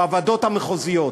בוועדות המחוזיות.